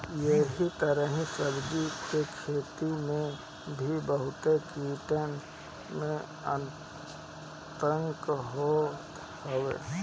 एही तरही सब्जी के खेती में भी बहुते कीटन के आतंक होत हवे